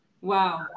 Wow